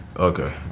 okay